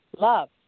love